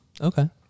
Okay